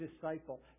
disciple